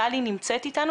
טלי יוגב נמצאת איתנו?